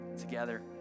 together